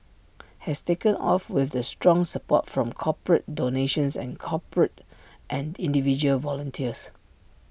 has taken off with the strong support from corporate donations and corporate and individual volunteers